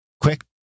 quick